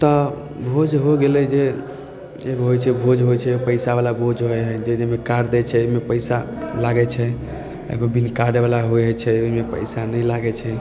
तऽ भोज हो गेलै जे एगो होइ छै भोज होइ छै पैसा बला भोज होइ है जे जाहिमे कार्ड दै छै ओहिमे पैसा लागै छै आ एगो बिन कार्ड बला होइ छै ओहिमे पैसा नहि लागै छै